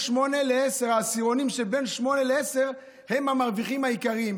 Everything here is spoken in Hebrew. העשירונים שבין 8 ל-10 הם המרוויחים העיקריים.